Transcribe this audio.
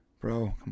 bro